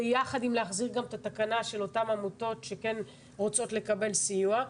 ביחד עם להחזיר גם את התקנה של אותן עמותות שכן רוצות לקבל סיוע.